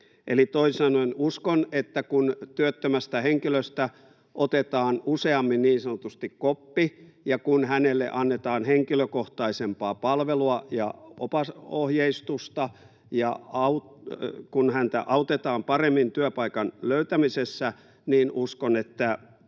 toisin sanoen uskon, että kun työttömästä henkilöstä otetaan useammin niin sanotusti koppi ja kun hänelle annetaan henkilökohtaisempaa palvelua ja ohjeistusta ja kun häntä autetaan paremmin työpaikan löytämisessä, niin tämä